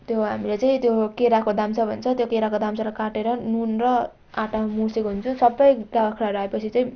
त्यो हामीले चाहिँ त्यो केराको दाम्छा भन्छ त्यो केराको दाम्छालाई काटेर नुन र आँटामा मुसेको हुन्छु सबै बाख्राहरू आए पछि चाहिँ